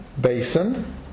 basin